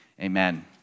Amen